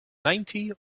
ninety